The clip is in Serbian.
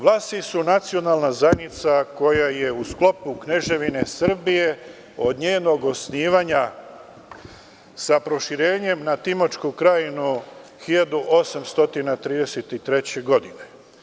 Vlasi su nacionalna zajednica koja je u sklopu Kneževine Srbije od njenog osnivanja, sa proširenjem na Timočku Krajinu 1833. godine.